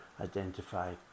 identify